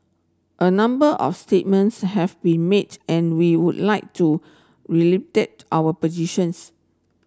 a number of statements have been made and we would like to reiterate our positions